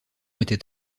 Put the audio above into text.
était